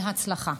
בהצלחה.